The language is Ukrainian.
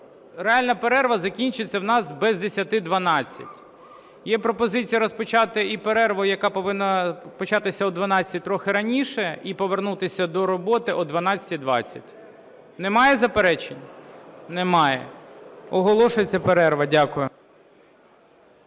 реальна перерва закінчиться в нас без десяти дванадцять. Є пропозиція розпочати і перерву, яка повинна початися о 12-й, трохи раніше, і повернутися до роботи о 12:20. Немає заперечень? Немає. Оголошується перерва. Дякую.